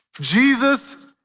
Jesus